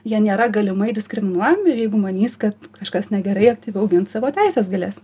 jie nėra galimai diskriminuojami ir jeigu manys kad kažkas negerai aktyviau gint savo teises galės